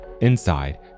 Inside